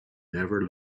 never